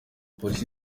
police